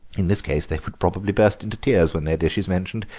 in this case they would probably burst into tears when their dish is mentioned.